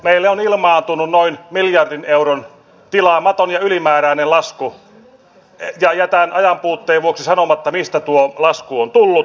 meille on ilmaantunut noin miljardin euron tilaamaton ja ylimääräinen lasku ja jätän ajanpuutteen vuoksi sanomatta mistä tuo lasku on tullut